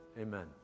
amen